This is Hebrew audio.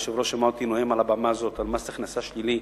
והיושב-ראש שמע אותי נואם על הבמה הזאת על מס הכנסה שלילי,